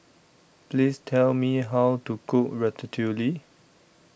Please Tell Me How to Cook Ratatouille